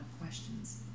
questions